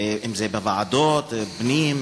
אם בוועדת הפנים,